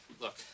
Look